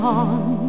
on